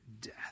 death